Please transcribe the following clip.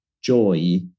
joy